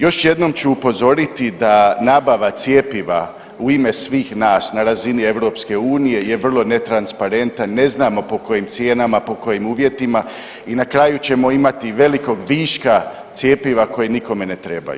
Još jednom ću upozoriti da nabava cjepiva u ime svih nas na razini EU je vrlo netransparentan, ne znamo po kojim cijenama, po kojim uvjetima i na kraju ćemo imati velikog viška cjepiva koje nikome ne trebaju.